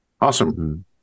Awesome